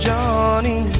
Johnny